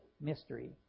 mystery